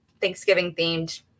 Thanksgiving-themed